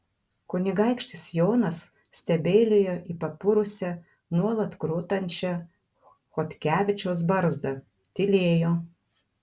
kunigaikštis jonas stebeilijo į papurusią nuolat krutančią chodkevičiaus barzdą tylėjo